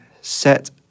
set